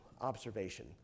observation